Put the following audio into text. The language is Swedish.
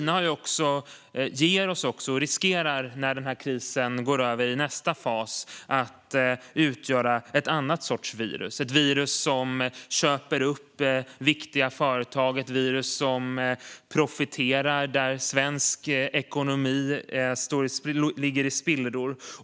När det viruset går över i nästa fas finns det risk att Kina utgör ett annat slags virus, ett virus som köper upp viktiga företag och profiterar när svensk ekonomi ligger i spillror.